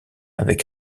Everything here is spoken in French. avec